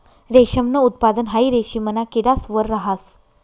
रेशमनं उत्पादन हाई रेशिमना किडास वर रहास